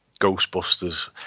Ghostbusters